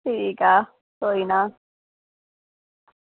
ठीक ऐ कोई ना